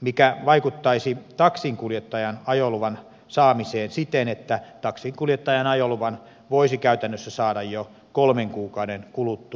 mikä vaikuttaisi taksinkuljettajan ajoluvan saamiseen siten että taksinkuljettajan ajoluvan voisi käytännössä saada jo kolmen kuukauden kuluttua ajokortin saamisesta